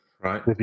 Right